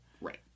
Right